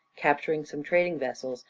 capturing some trading vessels,